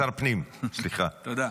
שר הפנים, סליחה.